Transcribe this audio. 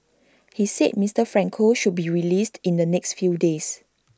he said Mister Franco should be released in the next few days